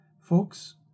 folks